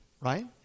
right